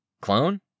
Clone